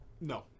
No